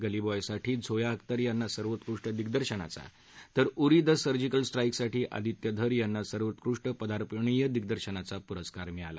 गली बॅयसाठीच झोया अख्तर यांना सर्वोत्कृष्ट दिग्दर्शनाचा तर उरी दसर्जिकल स्ट्राईकसाठी आदित्य धर यांना सर्वोत्कृष्ट पदापर्णीय दिग्दर्शनाचा पुरस्कार मिळाला